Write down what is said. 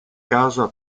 casa